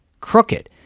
crooked